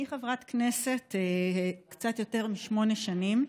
אני חברת כנסת קצת יותר משמונה שנים.